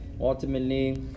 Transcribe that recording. ultimately